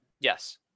yes